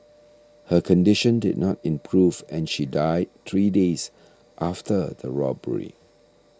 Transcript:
her condition did not improve and she died three days after the robbery